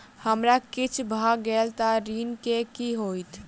हमरा किछ भऽ गेल तऽ ऋण केँ की होइत?